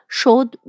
showed